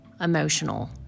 emotional